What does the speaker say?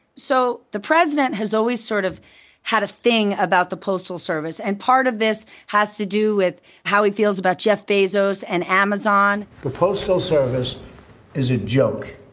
so the president has always sort of had a thing about the postal service. and part of this has to do with how he feels about jeff bezos and amazon. the postal service is a joke.